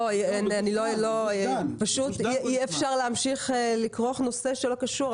אי אפשר להמשיך לכרוך נושא שלא קשור.